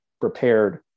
prepared